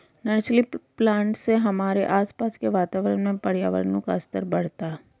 nursery plant से हमारे आसपास के वातावरण में प्राणवायु का स्तर बढ़ता है